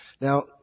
Now